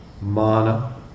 mana